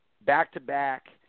back-to-back